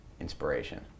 inspiration